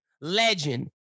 Legend